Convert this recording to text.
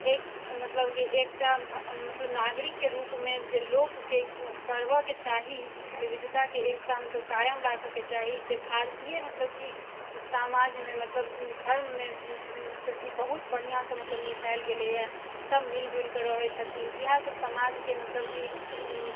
एक मतलब कि एकटा मतलब नागरिकके रूममे जे लोकके करऽके चाही विविधताके एकता मतलब कायम राखऽके चाही से भारतीय मतलब कि समाजमे मतलब धर्ममे मतलब कि बहुत बढ़िआँसँ मतलब निभाएल गेलैए सब मिल जुलके रहै छथिन इएहसब समाजके मतलब कि